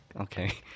Okay